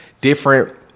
different